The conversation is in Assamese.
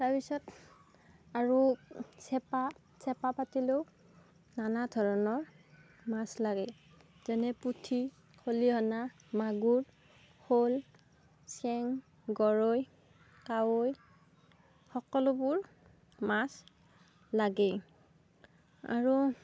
তাৰপিছত আৰু চেপা চেপা পাতিলেও নানা ধৰণৰ মাছ লাগে যেনে পুঠি খলিহনা মাগুৰ শ'ল চেং গৰৈ কাৱৈ সকলোবোৰ মাছ লাগে আৰু